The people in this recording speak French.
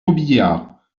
robiliard